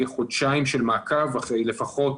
יהיו חודשיים של מעקב אחרי לפחות